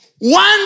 One